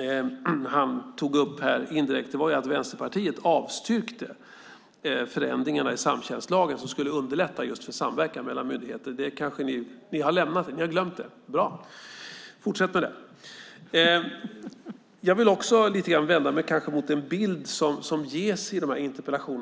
indirekt tog upp innebar att Vänsterpartiet avstyrkte de förändringar i samtjänstlagen som skulle underlätta för just samverkan mellan myndigheter. Ni kanske har lämnat det eller glömt det? Bra, fortsätt med det! Jag vill också vända mig mot den bild som ges i interpellationerna.